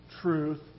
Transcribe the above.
Truth